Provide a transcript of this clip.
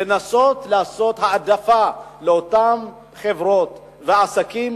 היא לנסות לעשות העדפה לאותם חברות ועסקים